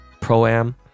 Pro-Am